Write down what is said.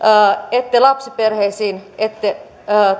ette lapsiperheisiin ette